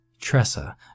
Tressa